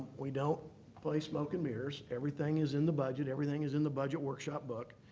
we don't play smoke and mirrors. everything is in the budget. everything is in the budget workshop book.